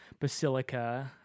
Basilica